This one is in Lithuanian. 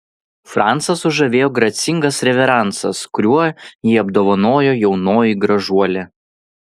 francą sužavėjo gracingas reveransas kuriuo jį apdovanojo jaunoji gražuolė